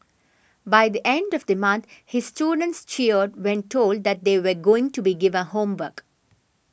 by the end of the month his students cheered when told that they were going to be given homework